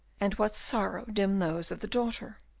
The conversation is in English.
and what sorrow dim those of the daughter!